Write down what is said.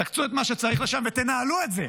תקצו את מה שצריך לשם ותנהלו את זה.